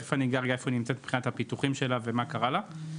ותכף אני אגע באיפה היא נמצא מבחינת הפיתוחים שלה ומה קרה לה,